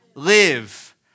live